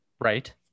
Right